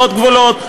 ועוד גבולות,